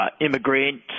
immigrants